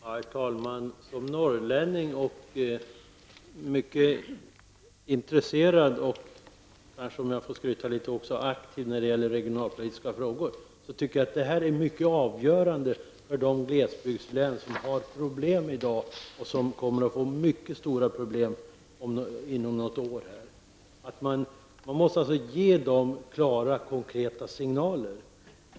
Herr talman! Som norrlänning och mycket intresserad av och -- om jag får skryta litet -- aktiv när det gäller regionalpolitiska frågor tycker jag att det här är mycket avgörande för de glesbygdslän som har problem i dag och som kommer att få mycket stora problem inom något år. De måste få klara och konkreta signaler.